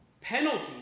penalty